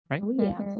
right